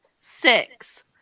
six